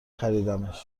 خریدمش